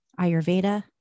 Ayurveda